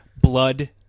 Blood